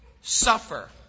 suffer